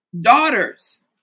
daughters